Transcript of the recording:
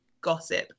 gossip